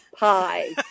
pie